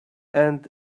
and